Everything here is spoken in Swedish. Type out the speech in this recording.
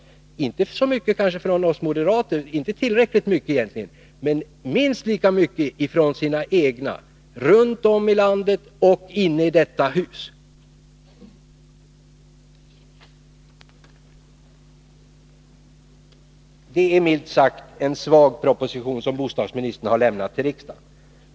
Hon har kanske inte fått så mycket kritik från oss moderater — egentligen inte tillräckligt mycket — men hon har utsatts för minst lika mycket kritik från sina egna, runt om i landet och inne i detta hus. Det är milt sagt en svag proposition som bostadsministern har lämnat till riksdagen.